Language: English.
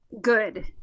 Good